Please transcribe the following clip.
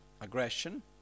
aggression